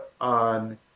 on